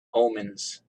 omens